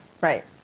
Right